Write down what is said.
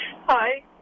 Hi